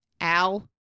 Al